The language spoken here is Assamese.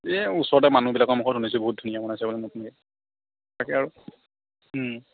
এই ওচৰতে মানুহবিলাকৰ মুখত শুনিছোঁ বহুত ধুনীয়া বনাইছে বোলে নতুনকৈ তাকে আৰু